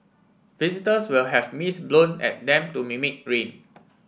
visitors will have mist blown at them to mimic rain